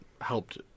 helped